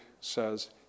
says